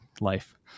life